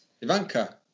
Ivanka